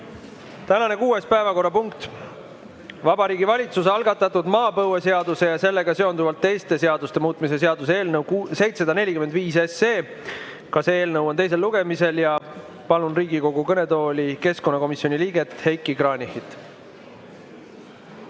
Tänane kuues päevakorrapunkt on Vabariigi Valitsuse algatatud maapõueseaduse ja sellega seonduvalt teiste seaduste muutmise seaduse eelnõu 745, ka see eelnõu on teisel lugemisel. Palun Riigikogu kõnetooli keskkonnakomisjoni liikme Heiki Kranichi!